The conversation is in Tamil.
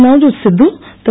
நவ்ஜோத் சித்து திரு